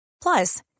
Plus